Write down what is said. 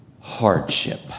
hardship